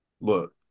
look